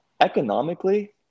Economically